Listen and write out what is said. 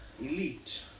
elite